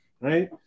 Right